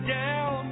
down